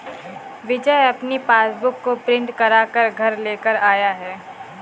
विजय अपनी पासबुक को प्रिंट करा कर घर लेकर आया है